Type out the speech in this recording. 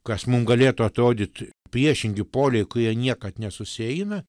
kas mum galėtų atrodyt priešingi poliai kurie niekad nesusieina